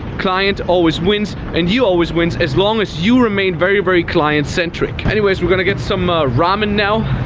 client always wins and you always wins as long as you remain very, very client-centric. anyways, we're going to get some ramen now.